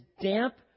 damp